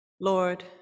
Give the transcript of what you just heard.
Lord